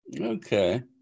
okay